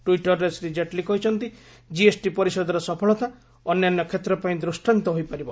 ଟୁଇଟରରେ ଶ୍ରୀ କେଟଲୀ କହିଛନ୍ତି କିଏସଟି ପରିଷଦର ସଫଳତା ଅନ୍ୟାନ୍ୟ କ୍ଷେତ୍ର ପାଇଁ ଦୃଷ୍ଟାନ୍ତ ହୋଇପାରିବ